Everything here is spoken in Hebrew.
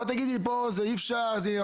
תגידי שזה לא אפשרי,